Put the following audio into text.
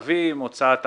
מכתבים, הוצאת התראות,